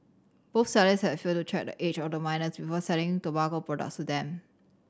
both sellers had failed to check the age of the minors before selling tobacco products to them